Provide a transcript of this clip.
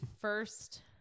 first